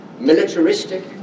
militaristic